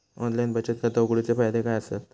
Online बचत खाता उघडूचे फायदे काय आसत?